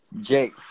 Jake